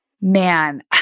man